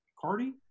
Cardi